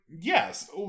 yes